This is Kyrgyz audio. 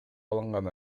алынган